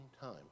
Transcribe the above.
time